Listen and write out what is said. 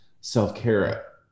self-care